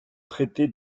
traité